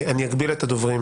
אני אגביל את הדוברים